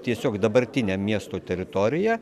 tiesiog dabartinę miesto teritoriją